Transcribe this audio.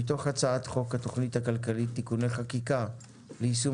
מתוך הצעת חוק התכנית הכלכלית (תיקוני חקיקה ליישום